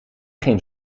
geen